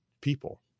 people